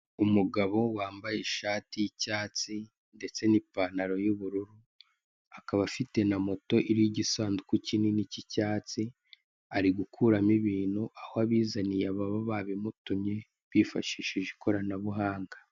Umugabo wambaye ishati y'icyatsi ndetse n'ipantaro y'ubururu, akaba afite na moto iriho igisanduku kinini k'icyatsi, ari gukuramo ibintu aho abizaniye ababa babimutumye bifashishije ikoranabuhahanga.